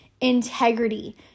integrity